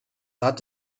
rat